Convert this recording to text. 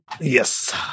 Yes